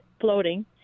floating